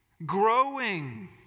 growing